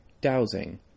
dowsing